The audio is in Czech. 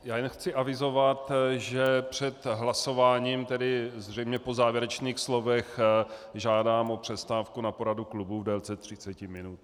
Já jen chci avizovat, že před hlasováním, tedy zřejmě po závěrečných slovech, žádám o přestávku na poradu klubu v délce 30 minut.